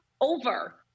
over